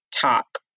talk